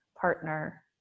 partner